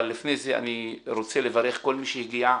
אבל לפני זה אני רוצה לברך את כל מי שהגיע.